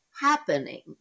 happening